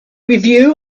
review